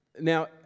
Now